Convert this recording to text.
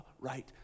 right